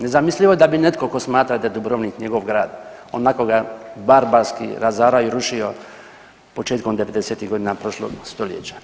Nezamislivo je da bi netko tko smatra da je Dubrovnik njegov grad onako ga barbarski razarao i rušio početkom '90.-tih godina prošloga stoljeća.